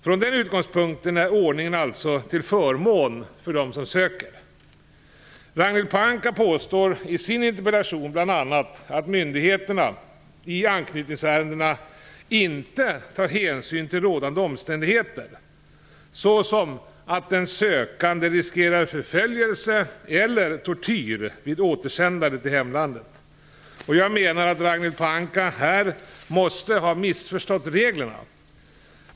Från den utgångspunkten är ordningen alltså till förmån för dem som söker. att myndigheterna i anknytningsärenden inte tar hänsyn till rådande omständigheter, såsom att den sökande riskerar förföljelse eller tortyr vid ett återsändande till hemlandet. Jag menar att Ragnhild Pohanka här måste ha missförstått reglerna.